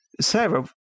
Sarah